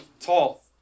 tall